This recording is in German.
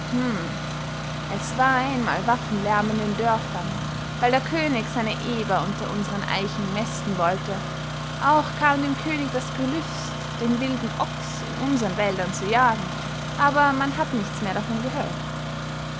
es war einmal waffenlärm in den dörfern weil der könig seine eber unter unsern eichen mästen wollte auch kam dem könig das gelüst den wilden ochs in unsern wäldern zu jagen aber man hat nichts mehr davon gehört